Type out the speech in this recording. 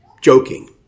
Joking